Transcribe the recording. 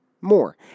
more